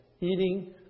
eating